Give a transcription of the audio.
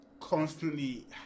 constantly